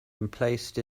emplaced